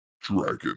Dragon